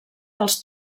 dels